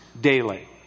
daily